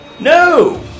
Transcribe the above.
No